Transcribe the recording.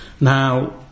Now